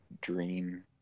dream